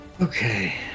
Okay